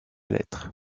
lettre